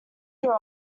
year